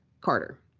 Carter